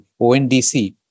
ONDC